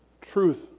Truth